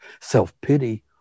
self-pity